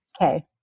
Okay